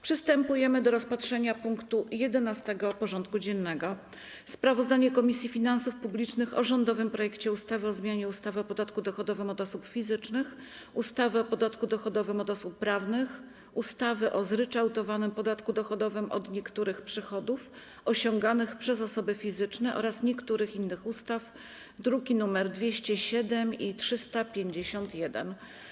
Przystępujemy do rozpatrzenia punktu 11. porządku dziennego: Sprawozdanie Komisji Finansów Publicznych o rządowym projekcie ustawy o zmianie ustawy o podatku dochodowym od osób fizycznych, ustawy o podatku dochodowym od osób prawnych, ustawy o zryczałtowanym podatku dochodowym od niektórych przychodów osiąganych przez osoby fizyczne oraz niektórych innych ustaw (druki nr 207 i 351)